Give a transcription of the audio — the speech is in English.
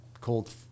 cold